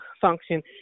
function